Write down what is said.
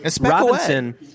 Robinson